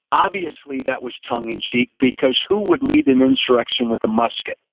obviously, that was tongue in cheek because who would lead an insurrection with a musket?